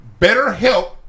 BetterHelp